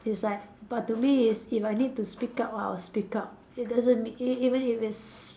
it's like but to me is if I need to speak up I will speak up it doesn't mean e~ even if it's